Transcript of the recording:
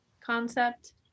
concept